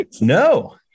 No